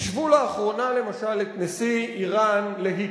השוו לאחרונה, למשל, את נשיא אירן להיטלר.